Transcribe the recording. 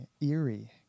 eerie